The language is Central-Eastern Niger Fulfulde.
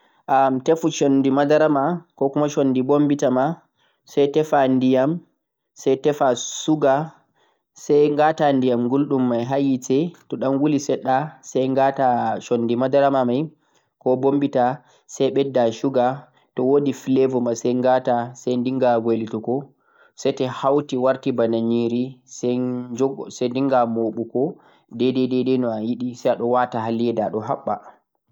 Ta'ayiɗe awaɗa chocolate nii, tefuu chundi madara, bombita, suga be ndiyam. Sai ngulna ndiyam mai sai ngata chundi madara be bombita mai sai ɓedda suga toh wodi flavo ma sai ngata sai ndinga wailutugo seto hauti marti bana nyeeri sao mooɓa dai ano ayiɗe